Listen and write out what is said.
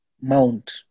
Mount